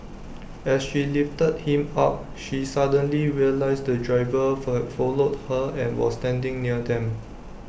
as she lifted him up she suddenly realised the driver for followed her and was standing near them